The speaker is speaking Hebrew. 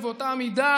ובאותה מידה